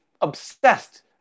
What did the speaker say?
obsessed